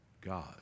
God